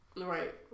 Right